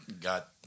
got